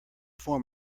form